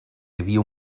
havia